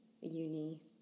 uni